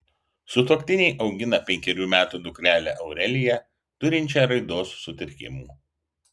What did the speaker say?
sutuoktiniai augina penkerių metų dukrelę aureliją turinčią raidos sutrikimų